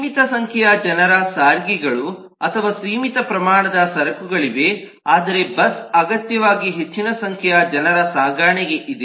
ಸೀಮಿತ ಸಂಖ್ಯೆಯ ಜನರ ಸಾರಿಗೆಗಳು ಅಥವಾ ಸೀಮಿತ ಪ್ರಮಾಣದ ಸರಕುಗಳಿವೆ ಆದರೆ ಬಸ್ ಅಗತ್ಯವಾಗಿ ಹೆಚ್ಚಿನ ಸಂಖ್ಯೆಯ ಜನರ ಸಾಗಣೆಗೆ ಇದೆ